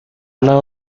lado